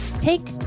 Take